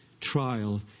trial